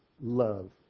love